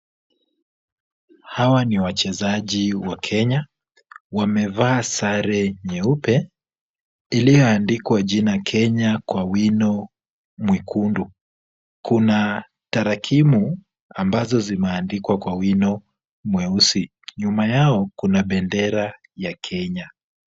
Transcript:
Hawa ni wachezaji wa Kenya. Wamevaa sare nyeupe iliyoandikwa jina Kenya kwa wino mwekundu. Kuna tarakimu ambazo zimeandikwa kwa wino mweusi. Nyuma yao kuna bendera ya Kenya.